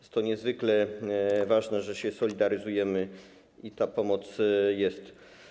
Jest to niezwykle ważne, że się solidaryzujemy i ta pomoc jest.